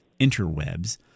interwebs